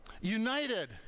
United